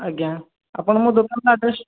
ଆଜ୍ଞା ଆପଣ ମୋ ଦୋକାନର ଆଡ଼୍ରେସ୍ଟା